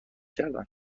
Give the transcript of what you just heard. کردند